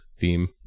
theme